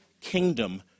kingdom